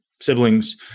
siblings